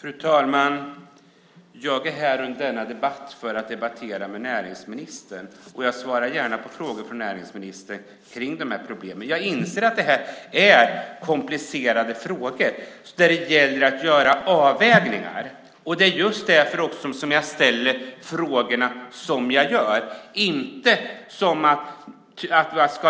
Fru talman! Jag är här för att debattera med näringsministern och svarar gärna på frågor från näringsministern om de här problemen. Jag inser att det är komplicerade frågor där det gäller att göra avvägningar. Just därför ställer jag frågorna som jag gör. Det handlar